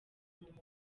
mukuru